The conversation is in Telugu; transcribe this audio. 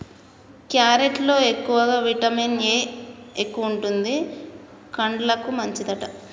క్యారెట్ లో ఎక్కువగా విటమిన్ ఏ ఎక్కువుంటది, కండ్లకు మంచిదట